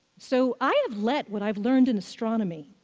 so i have let what i've learned in astronomy,